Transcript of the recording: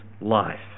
life